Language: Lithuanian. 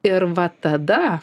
ir vat tada